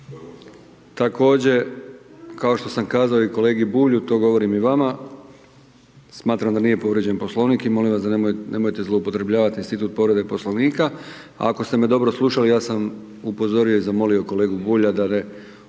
također kao što sam kazao i kolegi Bulju, to govorim i vama, smatram da nije povrijeđen poslovnik i molim vas, nemojte zloupotrebljavati institut povrede poslovnika, ako ste me dobro slušali ja sam upozorio i zamolio kolegu Bulja da ne